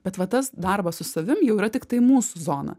bet va tas darbas su savim jau yra tiktai mūsų zona